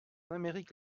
amérique